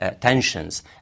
tensions